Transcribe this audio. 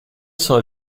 sono